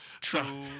True